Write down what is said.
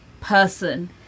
person